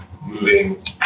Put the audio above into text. moving